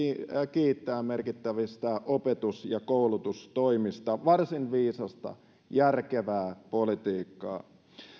kiittää merkittävistä opetus ja koulutustoimista varsin viisasta järkevää politiikkaa